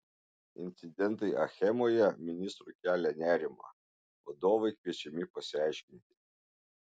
incidentai achemoje ministrui kelia nerimą vadovai kviečiami pasiaiškinti